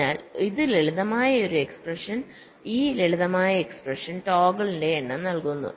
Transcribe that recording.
അതിനാൽ ഇത് ലളിതമായ ഈ എക്സ്പ്രെഷൻ ടോഗിളിന്റെ എണ്ണം നൽകുന്നു